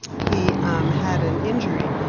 he had an injury,